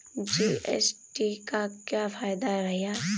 GST का क्या फायदा है भैया?